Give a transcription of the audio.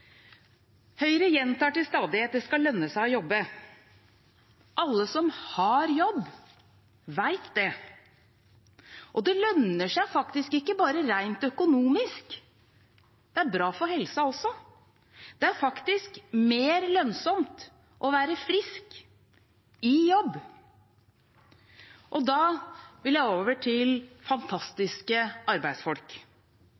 Høyre gjentar til stadighet at det skal lønne seg å jobbe. Alle som har jobb, vet det. Det lønner seg faktisk ikke bare rent økonomisk, det er bra for helsa også. Det er faktisk mer lønnsomt å være frisk i jobb. Og da vil jeg over til